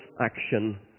action